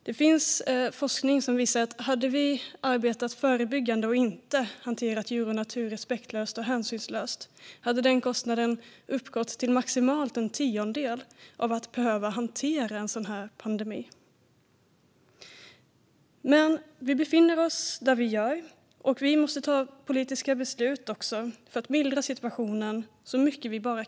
Det finns forskning som visar att om vi hade arbetat förebyggande och inte hanterat djur och natur respektlöst och hänsynslöst hade kostnaden för detta uppgått till maximalt en tiondel av kostnaden för att behöva hantera en sådan här pandemi. Men nu befinner vi oss där vi gör, och vi måste ta politiska beslut för att mildra situationen så mycket vi bara kan.